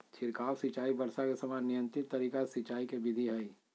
छिड़काव सिंचाई वर्षा के समान नियंत्रित तरीका से सिंचाई के विधि हई